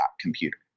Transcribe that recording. computer